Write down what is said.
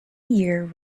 year